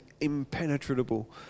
impenetrable